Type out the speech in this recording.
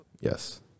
Yes